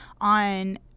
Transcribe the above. on